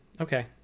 okay